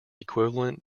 equivalent